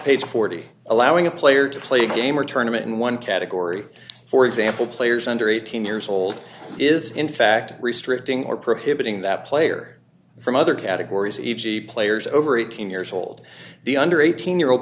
page forty allowing a player to play a game or tournament in one category for example players under eighteen years old is in fact restricting or prohibiting that player from other categories e g players over eighteen years old the under eighteen year old